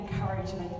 encouragement